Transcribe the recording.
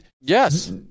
Yes